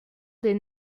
des